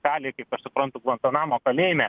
daliai kaip aš suprantu buvom panamo kalėjime